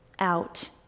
out